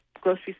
grocery